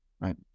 right